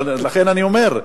לכן אני אומר,